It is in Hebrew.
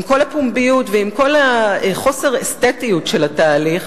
עם כל הפומביות ועם כל חוסר האסתטיות של התהליך,